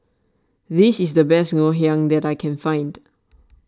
this is the best Ngoh Hiang that I can find